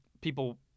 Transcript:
people